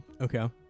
Okay